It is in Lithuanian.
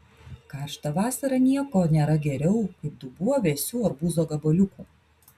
karštą vasarą nieko nėra geriau kaip dubuo vėsių arbūzo gabaliukų